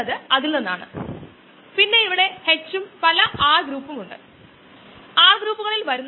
നമ്മുടെ മൈക്കിളിസ് മെന്റനെ ഓർക്കുക vvmSKmS ഇവിടെ K m പരിഷ്ക്കരിച്ചു Km 1 I Ki എന്നാക്കി